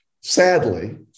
sadly